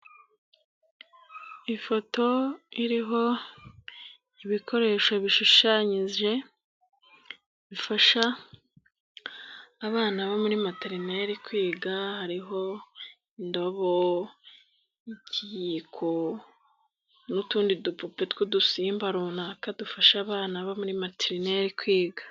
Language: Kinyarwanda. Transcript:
Ifoto iriho ibikoresho bishushanyije bifasha abana bo muri materineri kwiga, hariho indobo, ikiyiko n'utundi dupupe tw'udusimba runaka dufasha abana bo muri materineri kwiga.